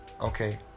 Okay